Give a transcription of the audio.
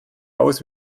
aus